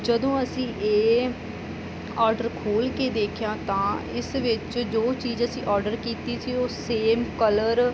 ਜਦੋਂ ਅਸੀਂ ਇਹ ਆਰਡਰ ਖੋਲ੍ਹ ਕੇ ਦੇਖਿਆ ਤਾਂ ਇਸ ਵਿੱਚ ਜੋ ਚੀਜ਼ ਅਸੀਂ ਆਰਡਰ ਕੀਤੀ ਸੀ ਉਹ ਸੇਮ ਕਲਰ